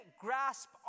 grasp